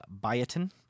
biotin